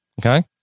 Okay